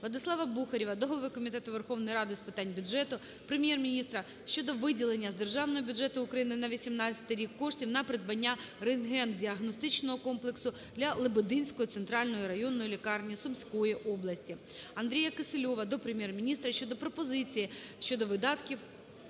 ВладиславаБухарєва до голови Комітету Верховної Ради України з питань бюджету, Прем'єр-міністра щодо виділення з Державного бюджету України на 2018 рік коштів для придбання рентгендіагностичного комплексу для Лебединської центральної районної лікарні Сумської області. АндріяКісельова до Прем'єр-міністра щодо пропозиції щодо видатків